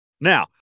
Now